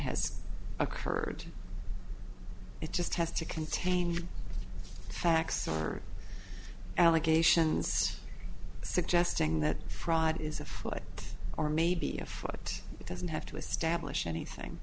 fraud occurred it just has to contain facts or allegations suggesting that fraud is afoot or maybe afoot it doesn't have to establish anything